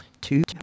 Two